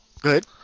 good